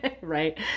Right